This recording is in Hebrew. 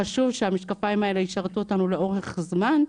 חשוב שהמשקפיים האלה ישרתו אותנו לאורך זמן,